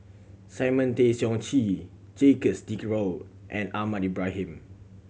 Simon Tay Seong Chee Jacques De Coutre and Ahmad Ibrahim